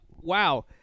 wow